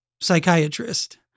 psychiatrist